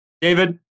David